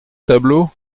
tableau